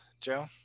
Joe